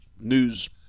news